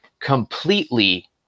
completely